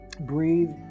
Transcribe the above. Breathe